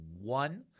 one